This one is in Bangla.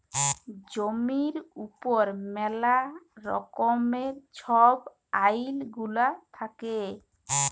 জমির উপর ম্যালা রকমের ছব আইল গুলা থ্যাকে